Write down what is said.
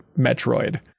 Metroid